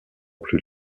plus